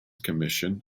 commission